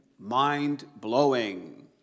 Mind-blowing